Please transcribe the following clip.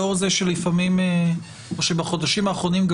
לאור זה שלפעמים או שבחודשים האחרונים גם